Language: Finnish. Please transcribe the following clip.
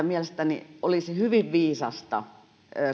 mielestäni olisi hyvin viisasta